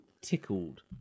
Tickled